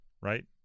right